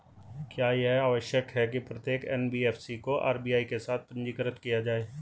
क्या यह आवश्यक है कि प्रत्येक एन.बी.एफ.सी को आर.बी.आई के साथ पंजीकृत किया जाए?